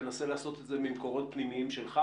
תנסה לעשות את זה ממקורות פנימיים שלך